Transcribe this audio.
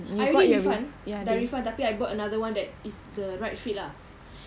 I already refund dah refund tapi I bought another one that is the right fit ah